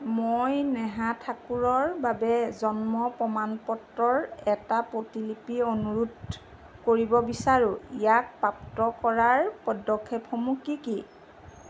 মই নেহা ঠাকুৰৰ বাবে জন্ম প্ৰমাণ পত্ৰৰ এটা প্ৰতিলিপি অনুৰোধ কৰিব বিচাৰোঁ ইয়াক প্ৰাপ্ত কৰাৰ পদক্ষেপসমূহ কি কি